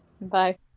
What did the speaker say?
Bye